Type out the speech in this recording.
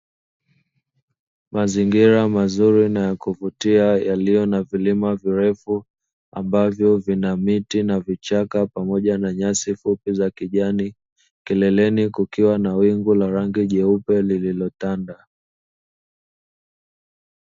Mazingira mazuri na ya kuvutia yaliyo na vilima virefu ambavyo vina miti, vichaka pamoja na nyasi fupi za kijani, kileleni kukiwa na wingu la rangi nyeupe lililotanda.